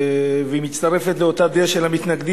שהיא מצטרפת לפי אותה דעה של המתנגדים